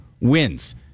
wins